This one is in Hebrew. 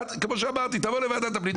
תבוא לוועדת הפנים,